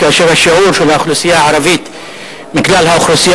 כאשר השיעור של האוכלוסייה הערבית מכלל האוכלוסייה